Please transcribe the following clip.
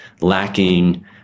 lacking